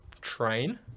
train